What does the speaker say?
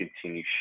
continue